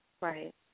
right